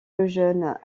lejeune